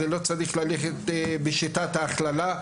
לא צריך ללכת בשיטת ההכללה,